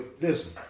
listen